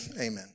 amen